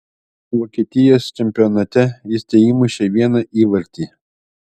vokietijos čempionate jis teįmušė vieną įvartį